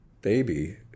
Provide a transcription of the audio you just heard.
baby